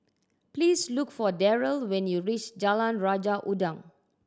please look for Derrell when you reach Jalan Raja Udang